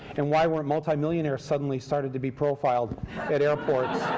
and why weren't multimillionaires suddenly starting to be profiled at airports?